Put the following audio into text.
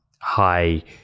high